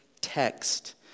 text